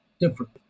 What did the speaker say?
different